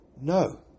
No